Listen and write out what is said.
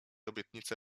obietnicy